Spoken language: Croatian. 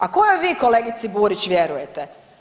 A kojoj vi kolegici Burić vjerujete?